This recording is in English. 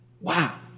Wow